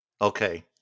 Okay